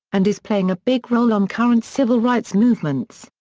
and is playing a big role on current civil rights movements.